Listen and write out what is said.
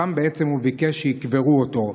ושם הוא ביקש שיקברו אותו.